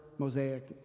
Mosaic